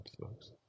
folks